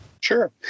Sure